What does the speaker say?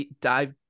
dive